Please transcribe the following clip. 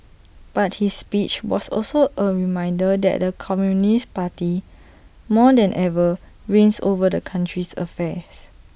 but his speech was also A reminder that the communist party more than ever reigns over the country's affairs